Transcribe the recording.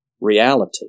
reality